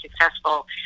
successful